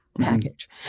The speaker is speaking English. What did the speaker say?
package